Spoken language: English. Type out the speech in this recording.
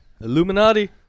Illuminati